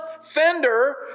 fender